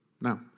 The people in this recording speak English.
Now